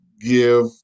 give